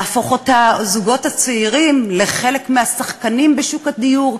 להפוך את הזוגות הצעירים לחלק מהשחקנים בשוק הדיור,